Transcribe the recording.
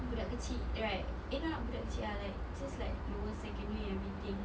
budak kecil right eh not budak kecil ah like just like lower secondary everything